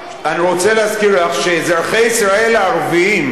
שאזרחי ישראל הערבים,